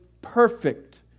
perfect